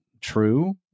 true